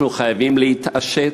אנחנו חייבים להתעשת,